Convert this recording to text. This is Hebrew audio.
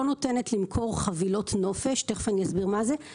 מאפשר למכור חבילות נופש non-refundable.